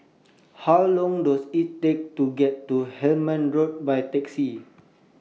How Long Does IT Take to get to Hemmant Road By Taxi